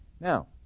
Now